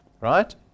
Right